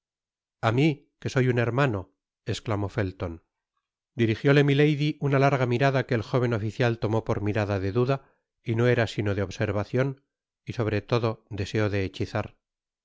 a mi que soy un hermano esclamó felton dirigióle milady una larga mirada que el jóven oficial tomó por mirada de duda y no era sino de observacion y sobre todo deseo de hechizar